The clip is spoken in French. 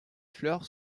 fleurs